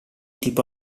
tipo